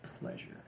pleasure